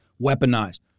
weaponized